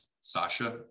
Sasha